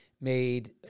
made